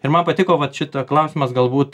ir man patiko vat šitą klausimas galbūt